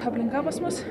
aplinka pas mus